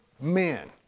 men